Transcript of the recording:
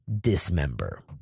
Dismember